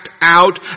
out